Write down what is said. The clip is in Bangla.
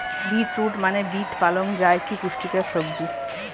বীট রুট মানে বীট পালং যা একটি পুষ্টিকর সবজি